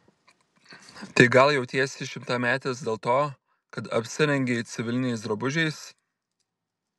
tai gal jautiesi šimtametis dėl to kad apsirengei civiliniais drabužiais